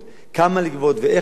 כמה לגבות ואיך לגבות,